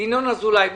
ינון אזולאי.